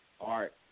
art